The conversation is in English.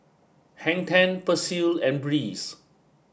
Hang Ten Persil and Breeze